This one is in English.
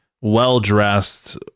well-dressed